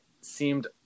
seemed